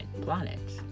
planets